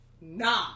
nah